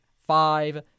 five